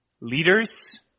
leaders